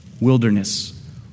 Wilderness